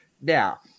now